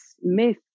myth